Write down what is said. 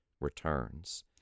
returns